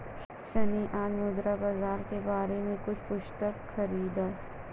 सन्नी आज मुद्रा बाजार के बारे में कुछ पुस्तक खरीदा